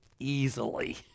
easily